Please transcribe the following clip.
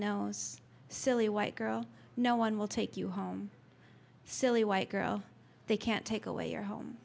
knows silly white girl no one will take you home silly white girl they can't take away your home